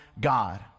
God